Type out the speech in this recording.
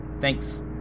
Thanks